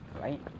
right